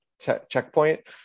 checkpoint